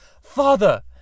Father